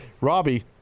Robbie